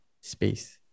space